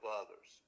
others